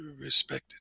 respected